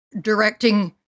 directing